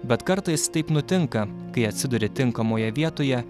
bet kartais taip nutinka kai atsiduri tinkamoje vietoje